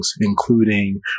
including